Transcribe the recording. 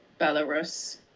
Belarus